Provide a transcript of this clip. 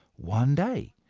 one day,